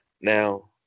Now